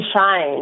shine